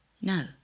No